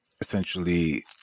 essentially